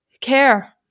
care